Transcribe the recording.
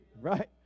Right